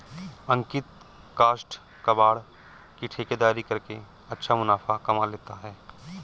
अंकित काष्ठ कबाड़ की ठेकेदारी करके अच्छा मुनाफा कमा लेता है